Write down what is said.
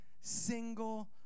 single